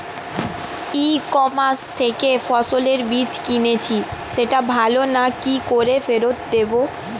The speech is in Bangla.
ই কমার্স থেকে ফসলের বীজ কিনেছি সেটা ভালো না কি করে ফেরত দেব?